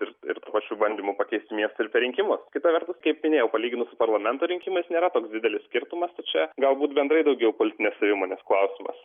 ir ir su bandymu pakeisti miestą ir per rinkimus kita vertus kaip minėjau palyginus su parlamento rinkimais nėra didelis skirtumas čia galbūt bendrai daugiau kultinės savimonės klausimas